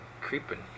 creeping